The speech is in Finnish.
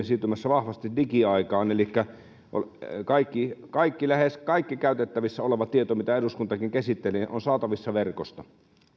siirtymässä vahvasti digiaikaan elikkä lähes kaikki käytettävissä oleva tieto mitä eduskuntakin käsittelee on saatavissa verkosta